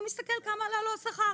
הוא מסתכל כמה עלה לו השכר.